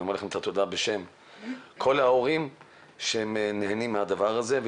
אני אומר לכם תודה בשם כל ההורים שנהנים מהדבר הזה.